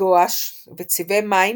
גואש וצבעי מים